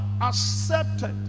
accepted